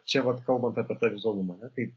čia vat kalbant apie tą vizualumą tai